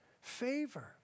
favor